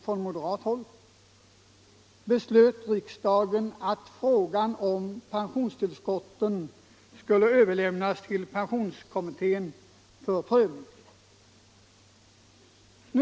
från moderat håll, beslöt riksdagen att frågan om pensionstillskotten skulle överlämnas till pensionskommittén för prövning.